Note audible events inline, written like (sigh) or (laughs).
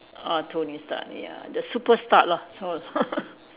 ah Tony Stark ya the super Stark lah so (laughs)